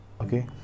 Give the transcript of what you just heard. okay